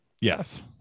Yes